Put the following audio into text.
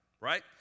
Right